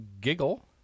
Giggle